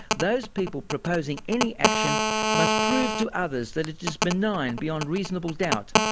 those people proposing any action must prove to others that it is benign beyond reasonable doubt.